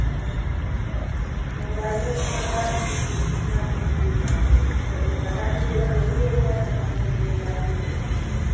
हाँ मोबाइल पर बता ना दीजिए कितना में दीजिएगा ते पहले बता दीजिएगा तो वही एरिया से ना पहुँचेंगे आपके दुकान पर